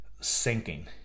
sinking